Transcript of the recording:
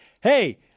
hey –